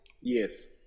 Yes